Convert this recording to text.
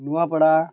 Nuapada